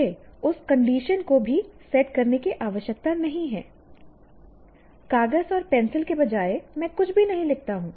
मुझे उस कंडीशन को भी सेट करने की आवश्यकता नहीं है कागज और पेंसिल के बजाय मैं कुछ भी नहीं लिखता हूं